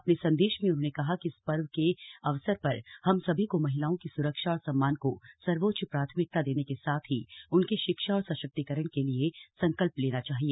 अपने संदेश में उन्होंने कहा कि इस पर्व के अवसर पर हम सभी को महिलाओं की स्रक्षा और सम्मान को सर्वोच्च प्राथमिकता देने के साथ ही उनकी शिक्षा और सशक्तिकरण के लिए संकल्प लेना चाहिए